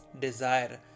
desire